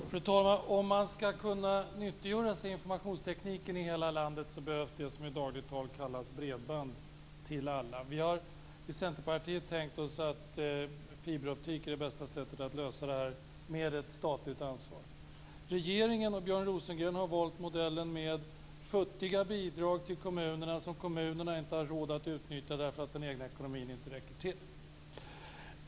Fru talman! Om man ska kunna nyttiggöra sig informationstekniken i hela landet behövs det som i dagligt tal kallas bredband till alla. Vi har i Centerpartiet tänkt oss att fiberoptik är det bästa sättet att lösa det här - med ett statliga ansvar. Regeringen och Björn Rosengren har valt modellen med futtiga bidrag till kommunerna som kommunerna inte har råd att utnyttja för att den egna ekonomin inte räcker till.